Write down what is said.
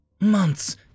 months